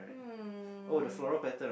um